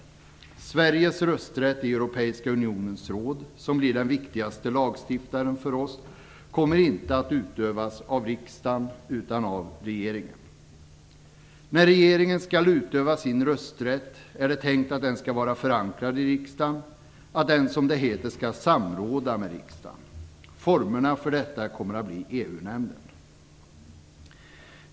Sveriges rösträtt i Europeiska unionens råd, som blir den viktigaste lagstiftaren för oss, kommer inte att utövas av riksdagen utan av regeringen. När regeringen skall utöva sin rösträtt är det tänkt att den skall vara förankrad i riksdagen, att den, som det heter, skall samråda med riksdagen. Formen för detta kommer att bli EU-nämnden.